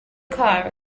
car